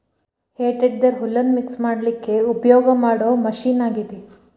ಹೇ tedder ಹುಲ್ಲನ್ನ mix ಮಾಡ್ಲಿಕ್ಕೆ ಉಪಯೋಗ ಮಾಡೋ ಮಷೇನ್ ಆಗೇತಿ